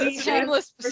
shameless